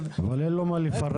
אבל אין לו מה לפרק.